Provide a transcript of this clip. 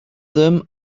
them